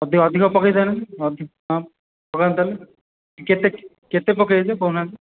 ଅଧିକ ଅଧିକ ପକାଇଦେଉନାହାନ୍ତି ହଁ ପକାନ୍ତୁ ତା'ହେଲେ କେତେ କେତେ ପକାଇବେ ଯେ କହୁନାହାନ୍ତି